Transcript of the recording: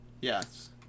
Yes